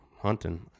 hunting